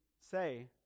say